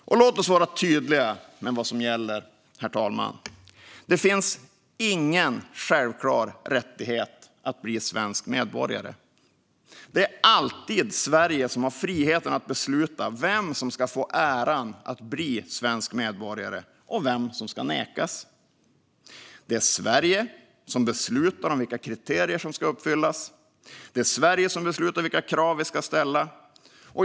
Låt oss vara tydliga med vad som gäller, herr talman. Det finns ingen självklar rättighet att bli svensk medborgare. Sverige har alltid friheten att besluta vem som ska få äran att bli svensk medborgare och vem som ska nekas. Det är Sverige som beslutar om vilka kriterier som ska uppfyllas. Det är Sverige som beslutar om vilka krav som ska ställas.